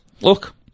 Look